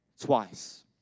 twice